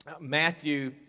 Matthew